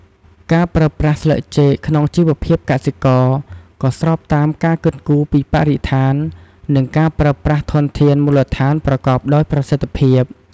ការប្រើប្រាស់ស្លឹកចេកក្នុងជីវភាពកសិករ ក៏ស្របតាម ការគិតគូរពីបរិស្ថាន និងការប្រើប្រាស់ធនធានមូលដ្ឋានប្រកបដោយប្រសិទ្ធភាព។